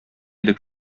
идек